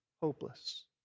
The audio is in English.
hopeless